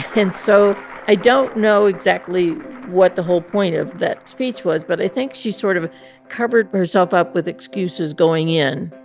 and so i don't know exactly what the whole point of that speech was, but i think she sort of covered herself up with excuses going in,